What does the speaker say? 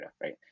right